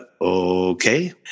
okay